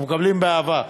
אנחנו מקבלים באהבה,